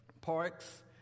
parks